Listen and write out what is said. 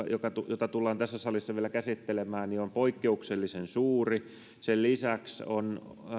jota tullaan tässä salissa vielä käsittelemään on poikkeuksellisen suuri sen lisäksi on